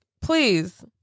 please